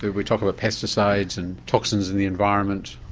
we we talk about pesticides and toxins in the environment.